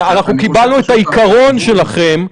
אנחנו קיבלנו את העיקרון שלכם,